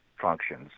functions